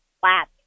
flat